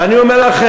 ואני אומר לכם,